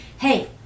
hey